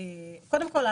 קודם כול,